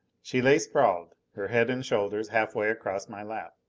she lay sprawled, her head and shoulders half way across my lap.